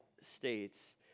States